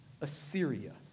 Assyria